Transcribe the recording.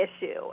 issue